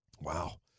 Wow